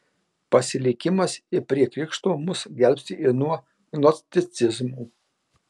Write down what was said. pasilikimas prie krikšto mus gelbsti ir nuo gnosticizmo